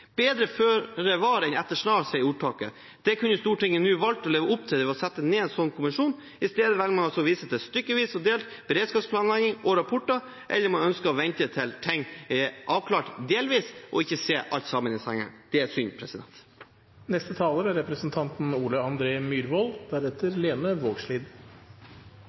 Bedre føre var enn etter snar, sier ordtaket. Det kunne Stortinget nå valgt å leve opp til ved å sette ned en sånn kommisjon. I stedet velger man å vise til stykkevis og delt beredskapsplanlegging og rapporter, eller man ønsker å vente til ting er delvis avklart, og ikke se alt i sammenheng. Det er synd. Det norske samfunn er